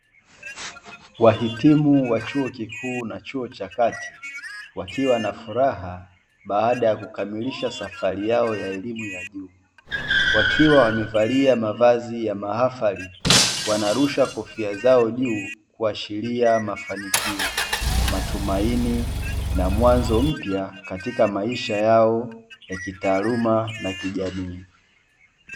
Wahitimu wa chuo kikuu na chuo cha kati wakiwa na furaha baada ya kukamilisha safari yao ya elimu ya juu, wakiwa wamevali mavazi ya mahafari wanarusha kofi zao juu kuashiria mafanikio, matumaini na mwanzo mpya katika maisha yao ya kitaaluma na kijamii.